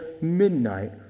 midnight